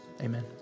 amen